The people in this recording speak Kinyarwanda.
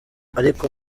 ariko